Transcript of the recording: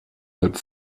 halb